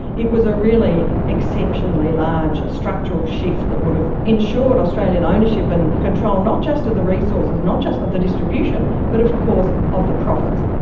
it was a really exceptionally large structural shift that would have ensured australian ownership and control not just of the resources, not just of the distribution, but of course of the profits.